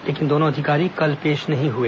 लेकिन दोनों अधिकारी कल पेश नहीं हए